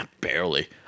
barely